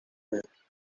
englishman